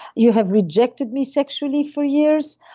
you have rejected me sexually for years,